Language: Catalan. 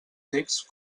text